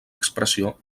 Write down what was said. expressió